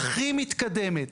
הכי מתקדמת,